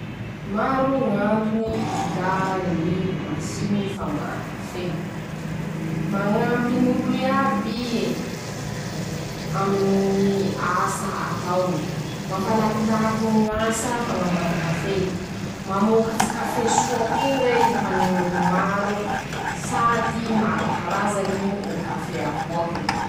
Maro ñ'antony ilà ñy masiny famboara kafe: -<ptoa>Mañampy ñ'olo iaby ie. aminy ñy asa ataony. -Mampalakilaky ñ'asa fañamboara kafe. -Mamokatsy kafe soa koa ey ho any ñ'olo maro sady maro karazany ñy kafe aboany.